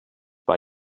bei